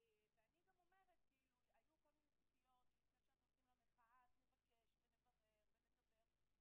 היו כל מיני ציפיות שלפני שאנחנו יוצאים למחאה נבקש ונברר ונדבר.